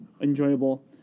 enjoyable